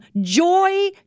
joy